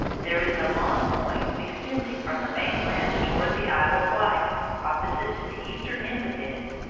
there is a long point extending from the main land toward the isle of wight, opposite to the eastern end of it.